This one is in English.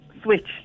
switched